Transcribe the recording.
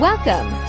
Welcome